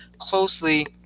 closely